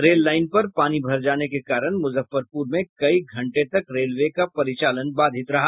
rail line पर पर पानी भर जाने के कारण मुजफ्फरपुर में कई घंटे तक रेलवे का परिचालन बाधित रहा